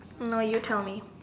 no you tell me